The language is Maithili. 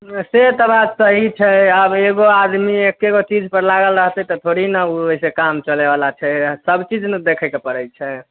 से तऽ बात सही छै आब एगो आदमी एक्केगो चीजपर लागल रहतै तऽ थोड़े ने ओ ओहिसँ काम चलैवला छै सबचीज ने देखैके पड़ै छै